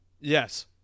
Yes